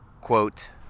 quote